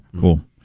Cool